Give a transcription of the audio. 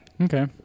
Okay